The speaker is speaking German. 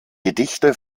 gedichte